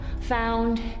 found